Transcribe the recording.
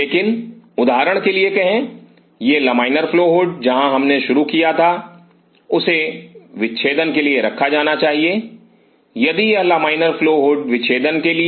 लेकिन उदाहरण के लिए कहे यह लमाइनर फ्लो हुड जहाँ हमने शुरू किया था उसे विच्छेदन के लिए रखा जाना चाहिए यदि यह लमाइनर फ्लो हुड विच्छेदन के लिए